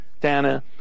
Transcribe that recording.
Dana